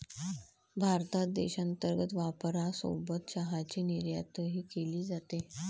भारतात देशांतर्गत वापरासोबत चहाची निर्यातही केली जाते